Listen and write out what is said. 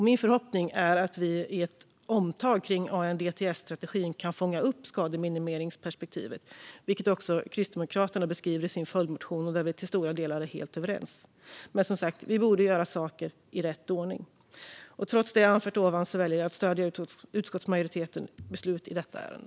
Min förhoppning är att vi i ett omtag kring ANDTS-strategin kan fånga upp skademinimeringsperspektivet, vilket också Kristdemokraterna beskriver i sin följdmotion. Där är vi till stora delar överens. Vi borde som sagt göra saker i rätt ordning. Trots det jag anfört ovan väljer jag att stödja utskottsmajoritetens beslut i detta ärende.